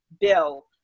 bill